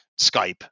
Skype